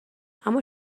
اما